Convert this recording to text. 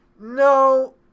no